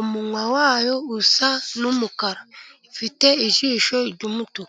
umunwa wayo usa n'umukara ,ifite ijisho ry'umutuku.